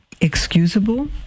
excusable